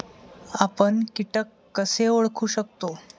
आपण कीटक कसे ओळखू शकतो?